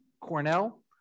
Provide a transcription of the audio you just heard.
Cornell